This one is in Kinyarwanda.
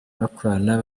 bakorana